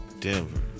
Denver